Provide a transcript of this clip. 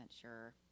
sure